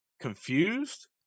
confused